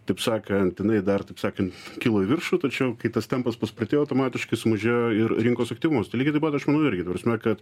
taip sakant jinai dar taip sakant kilo į viršų tačiau kai tas tempas paspartėjo automatiškai sumažėjo ir rinkos aktyvumas tai lygiai taip pat aš manau irgi ta prasme kad